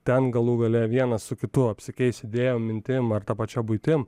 ten galų gale vienas su kitu apsikeis idėjom mintim ar ta pačia buitim